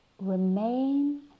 remain